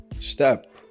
step